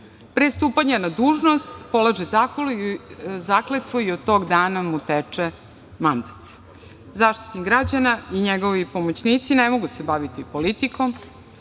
Pre stupanja na dužnost, polaže zakletvu i od tog dana mu teče mandat.Zaštitnik građana i njegovi pomoćnici ne mogu se baviti politikom,